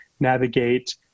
navigate